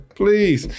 please